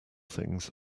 things